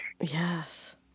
Yes